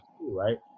right